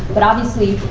but obviously,